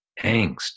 angst